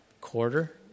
quarter